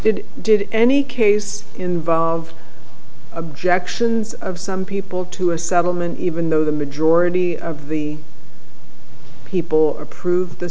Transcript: did did any case involve objections of some people to a settlement even though the majority of the people approved the